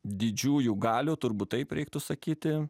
didžiųjų galių turbūt taip reiktų sakyti